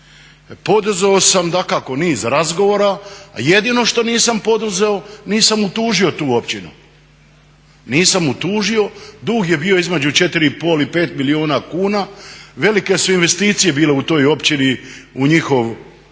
Poduzeo sam dakako niz razgovora, jedino što nisam poduzeo nisam utužio tu općinu. Dug je bio između 4,5 i 5 milijuna kuna, velike su investicije bile u toj općini u njihovu